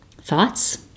thoughts